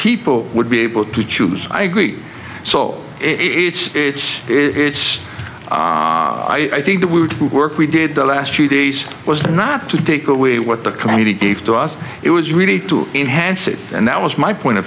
people would be able to choose i agree so it's it's it's i think that we would work we did the last few days was not to take away what the committee gave to us it was really to enhance it and that was my point of